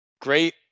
great